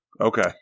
okay